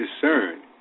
discern